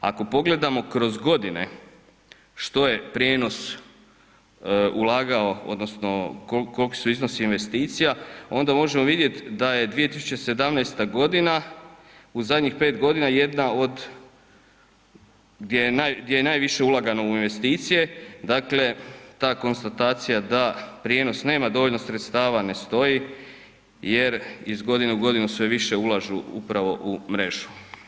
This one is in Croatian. Ako pogledamo kroz godine, što je prijenos ulagao odnosno koliki su iznosi investicija, onda možemo vidjeti da je 2017. godina u zadnjih 5 godina jedna od gdje je najviše ulagano u investicije, dakle, ta konstatacija da prijenos nema dovoljno sredstava ne stoji jer iz godine u godinu sve više ulažu upravo u mrežu.